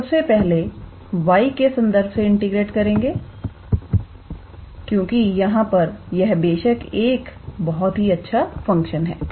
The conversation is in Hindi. हम सबसे पहले y के संदर्भ से इंटीग्रेट करेंगे क्योंकि यहां पर यह बेशक एक बहुत ही अच्छा फंक्शन है